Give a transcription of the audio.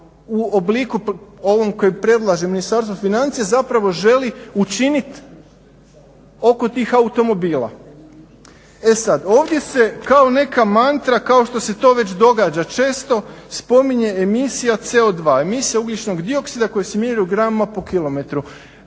u obliku ovom koji predlaže Ministarstvo financija zapravo želi učiniti oko tih automobila. E sad, ovdje se kao neka mantra kao što se to već događa često spominje emisija CO2, emisija ugljičnog dioksida koji se mjeri u gramima po kilometru.